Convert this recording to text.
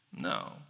No